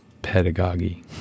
pedagogy